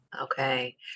Okay